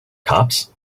cops